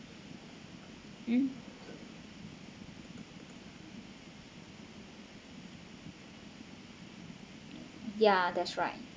mm ya that's right